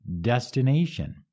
destination